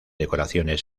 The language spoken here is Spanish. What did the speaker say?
decoraciones